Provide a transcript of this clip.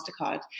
MasterCard